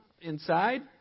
inside